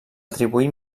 atribuir